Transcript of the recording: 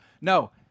No